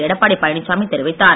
எடப்பாடி பழனிச்சாமி தெரிவித்தார்